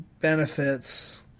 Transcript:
benefits